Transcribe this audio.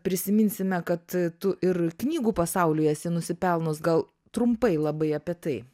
prisiminsime kad tu ir knygų pasaulyj esi nusipelnus gal trumpai labai apie tai